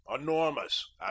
enormous